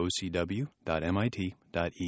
ocw.mit.edu